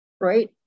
right